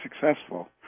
successful